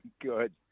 Good